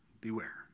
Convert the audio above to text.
beware